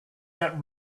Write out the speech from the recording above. get